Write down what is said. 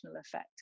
effect